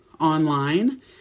online